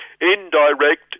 Indirect